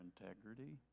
integrity